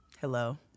hello